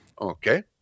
Okay